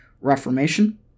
Reformation